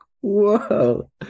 whoa